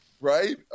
right